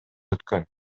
өткөн